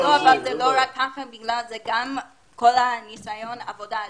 זה לא רק זה אלא גם כל ניסיון העבודה.